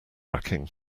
racking